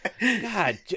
God